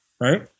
right